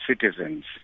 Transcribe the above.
citizens